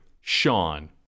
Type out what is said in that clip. Sean